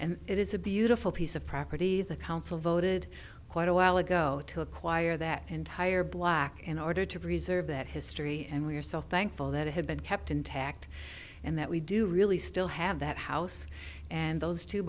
and it is a beautiful piece of property the council voted quite a while ago to acquire that entire black in order to preserve that history and we're so thankful that it had been kept intact and that we do really still have that house and those two